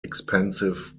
expensive